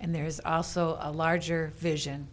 and there's also a larger vision